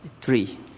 three